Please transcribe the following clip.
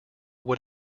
what